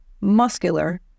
muscular